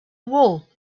wool